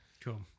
Cool